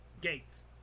Gates